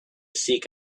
seek